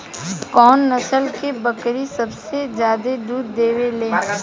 कउन नस्ल के बकरी सबसे ज्यादा दूध देवे लें?